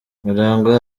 murangwa